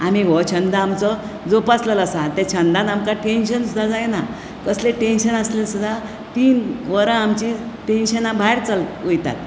आमी हो छंद आमचो जोपासललो आसा छंदान आमकां टेन्शन सुद्दां जायना कसलें टेन्शन आसलें जाल्यार सुद्दां तीन वरां आमची टेन्शनां भायर वयतात